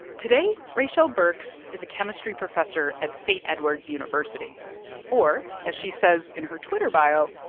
today raychelle burks is a chemistry professor at st. edward's university or, as she says in her twitter bio,